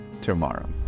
tomorrow